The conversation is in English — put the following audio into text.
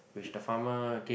which the farmer gave